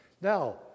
Now